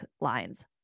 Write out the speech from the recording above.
lines